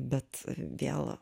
bet vėl